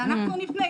שאנחנו נפנה,